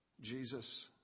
Jesus